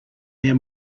near